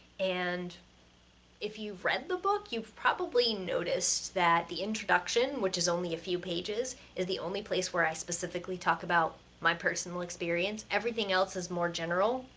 and if you've read the book, you've probably noticed that the introduction, which is only a few pages, is the only place where i specifically talk about my personal experience. everything else is more general,